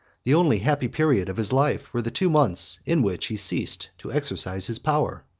the only happy period of his life were the two months in which he ceased to exercise his power.